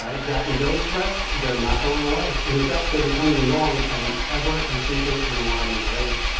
ah exactly, those threats, they're not going away. and in fact they're becoming the norm, at an ever increasing and alarming rate.